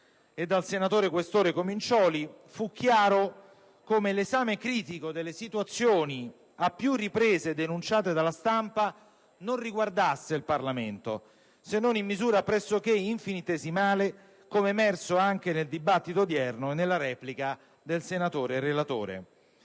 e dal senatore questore Comincioli - fu chiaro come l'esame critico delle situazioni a più riprese denunciate dalla stampa non riguardasse il Parlamento, se non in misura pressoché infinitesimale, come emerso anche nel dibattito odierno e nella replica del senatore relatore.